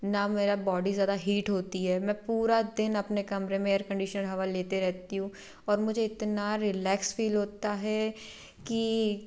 ना मेरी बॉडी ज़्यादा हीट होती है मैं पूरा दिन अपने कमरे में एयर कंडीशन हवा लेते रहती हूँ और मुझे इतना रिलैक्स फ़ील होता है कि